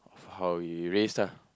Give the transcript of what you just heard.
for how we raise lah